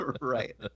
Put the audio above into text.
Right